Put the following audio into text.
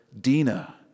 Dina